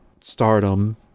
stardom